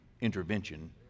intervention